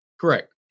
Correct